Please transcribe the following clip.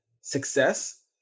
success